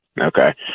Okay